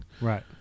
Right